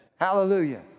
Hallelujah